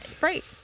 Right